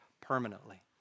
permanently